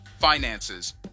finances